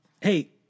hey